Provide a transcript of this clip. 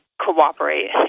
cooperate